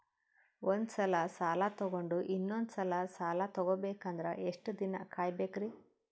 ಒಂದ್ಸಲ ಸಾಲ ತಗೊಂಡು ಇನ್ನೊಂದ್ ಸಲ ಸಾಲ ತಗೊಬೇಕಂದ್ರೆ ಎಷ್ಟ್ ದಿನ ಕಾಯ್ಬೇಕ್ರಿ?